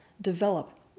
develop